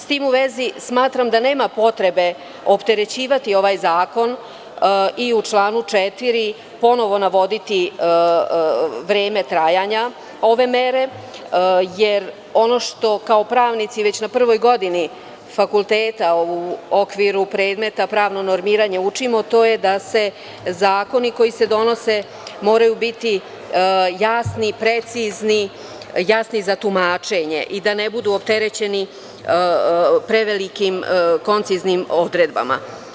S tim u vezi, smatram da nema potrebe opterećivati ovaj zakon i u članu 4. ponovo navoditi vreme trajanja ove mere, jer ono što kao pravnici već na prvoj godini fakulteta u okviru predmeta pravno normiranje učimo, to je da zakoni koji se donose moraju biti jasni, precizni, jasni za tumačenje i da ne budu opterećeni prevelikim, konciznim odredbama.